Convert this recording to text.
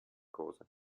cosa